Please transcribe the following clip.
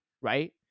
right